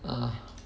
uh